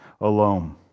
alone